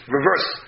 Reverse